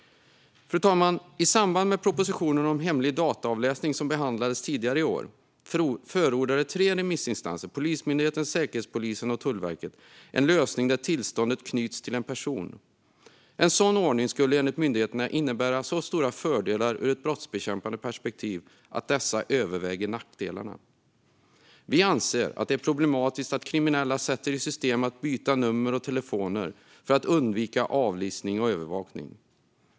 Fru talman! I samband med propositionen om hemlig dataavläsning, som behandlades tidigare i år, förordade tre remissinstanser - Polismyndigheten, Säkerhetspolisen och Tullverket - en lösning där tillståndet knyts till en person. En sådan ordning skulle enligt myndigheterna innebära så stora fördelar ur ett brottsbekämpande perspektiv att dessa överväger nackdelarna. Vi anser att det är problematiskt att kriminella sätter i system att byta nummer och telefoner för att undvika avlyssning och övervakning.